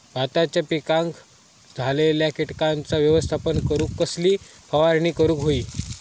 भाताच्या पिकांक झालेल्या किटकांचा व्यवस्थापन करूक कसली फवारणी करूक होई?